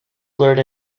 blurred